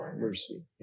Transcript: mercy